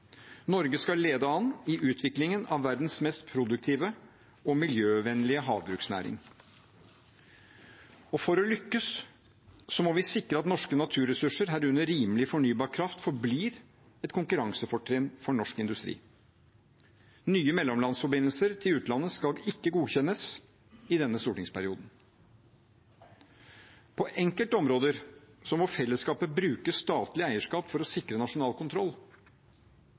Norge skal lede an i utviklingen av verdens mest produktive og miljøvennlige havbruksnæring. For å lykkes må vi sikre at norske naturressurser, herunder rimelig fornybar kraft, forblir et konkurransefortrinn for norsk industri. Nye mellomlandsforbindelser til utlandet skal ikke godkjennes i denne stortingsperioden. På enkelte områder må fellesskapet bruke statlig eierskap for å sikre nasjonal kontroll.